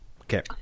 Okay